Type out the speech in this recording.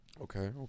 Okay